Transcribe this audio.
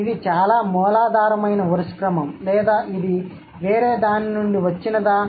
ఇది చాలా మూలాధారమైన వరుస క్రమం లేదా ఇది వేరే దాని నుండి వచ్చినదా